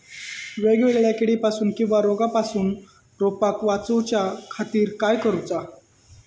वेगवेगल्या किडीपासून किवा रोगापासून रोपाक वाचउच्या खातीर काय करूचा?